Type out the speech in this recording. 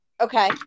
Okay